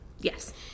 Yes